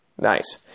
Nice